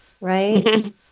right